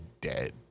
dead